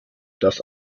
das